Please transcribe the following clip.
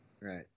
right